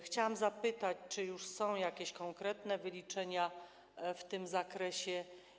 Chciałam zapytać: Czy są już jakieś konkretne wyliczenia w tym zakresie?